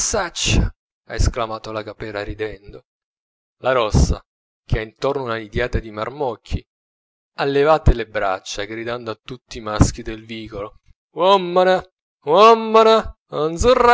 ha esclamato la capera ridendo la rossa che ha intorno una nidiata di marmocchi ha levate le braccia gridando a tutti i maschi del vico